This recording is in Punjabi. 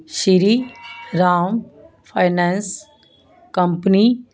Shri Ram finance company